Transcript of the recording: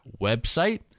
website